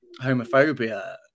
homophobia